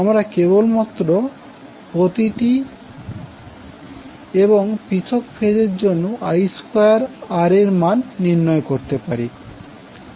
আমরা কেবলমাত্র প্রতিটি এবং পৃথক ফেজের জন্য I2R এর মান নির্ণয় করতে পারি